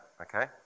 okay